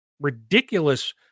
ridiculous